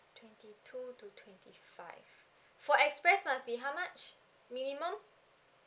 twenty two to twenty five for express must be how much for minimum